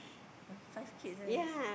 uh five kids eh